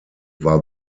war